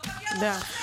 תודה.